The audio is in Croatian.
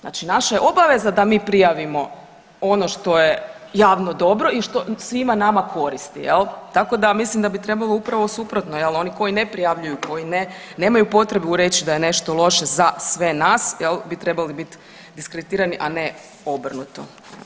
Znači naša je obaveza da mi prijavimo ono što je javno dobro i što svima nama koristi jel, tako da mislim da bi trebalo upravo suprotno jel oni koji ne prijavljuju, koji nemaju potrebu reć da je nešto loše za sve nas jel bi trebali bit diskreditirani, a ne obrnuto.